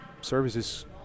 services